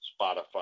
Spotify